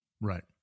Right